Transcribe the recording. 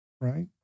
right